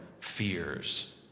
fears